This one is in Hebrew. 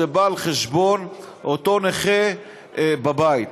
בא על חשבון אותו נכה בבית.